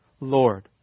Lord